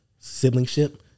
siblingship